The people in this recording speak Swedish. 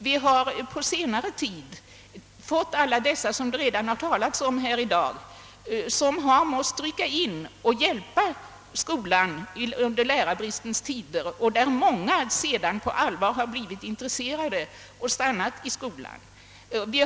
Vi har under senare tid fått alla dessa som det redan har talats om här i dag, som har måst rycka in och hjälpa skolan under lärarbristens tider och där ofta sedan på allvar blivit intresserade och stannat i skolan.